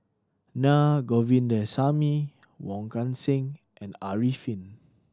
Naa Govindasamy Wong Kan Seng and Arifin